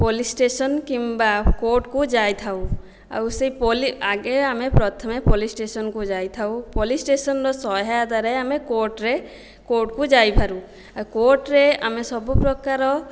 police station କିମ୍ବା କୋର୍ଟକୁ ଯାଇଥାଉ ଆଉ ସେହି ଆଗେ ଆମେ ପ୍ରଥମେ ପୋଲିସ ଷ୍ଟେସନକୁ ଯାଇଥାଉ ପୋଲିସ ଷ୍ଟେସନର ସହାୟତାରେ ଆମେ କୋର୍ଟରେ କୋର୍ଟକୁ ଯାଇପାରୁ ଆଉ କୋର୍ଟରେ ଆମେ ସବୁ ପ୍ରକାର